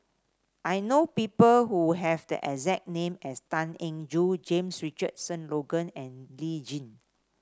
I know people who have the exact name as Tan Eng Joo James Richardson Logan and Lee Tjin